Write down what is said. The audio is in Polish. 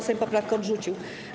Sejm poprawkę odrzucił.